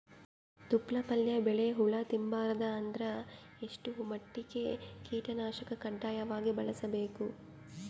ತೊಪ್ಲ ಪಲ್ಯ ಬೆಳಿ ಹುಳ ತಿಂಬಾರದ ಅಂದ್ರ ಎಷ್ಟ ಮಟ್ಟಿಗ ಕೀಟನಾಶಕ ಕಡ್ಡಾಯವಾಗಿ ಬಳಸಬೇಕು?